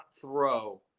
throw